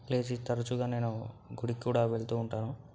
లేచి తరచుగా నేను గుడికి కూడా వెళుతూ ఉంటాను